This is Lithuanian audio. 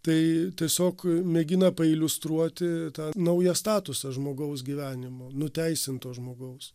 tai tiesiog mėgina pailiustruoti tą naują statusą žmogaus gyvenimo nuteisinto žmogaus